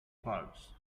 bugs